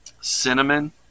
cinnamon